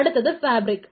അടുത്തത് ഫാബ്രിക്